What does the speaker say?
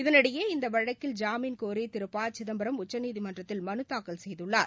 இதனிடையே இந்த வழக்கில் ஜாமின் கோரி திரு ப சிதப்பரம் உச்சநீதிமன்றத்தில் மனு தாக்கல் செய்துள்ளார்